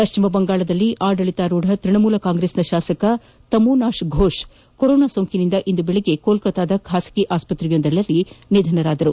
ಪಶ್ಚಿಮ ಬಂಗಾಳದಲ್ಲಿ ಆಡಳಿತಾಥ ತ್ಪಣಮೂಲ ಕಾಂಗ್ರೆಸ್ನ ಶಾಸಕ ತಮೋನಾಶ್ ಘೋಷ್ ಕೊರೋನಾ ಸೋಂಕಿನಿಂದ ಇಂದು ಬೆಳಿಗ್ಗೆ ಕೊಲ್ಕತ್ತಾದ ಖಾಸಗಿ ಆಸ್ಪತ್ರೆಯೊಂದರಲ್ಲಿ ನಿಧನ ಹೊಂದಿದರು